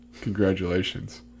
Congratulations